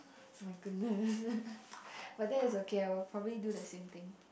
[oh]-my-goodness but that's okay I will probably do the same thing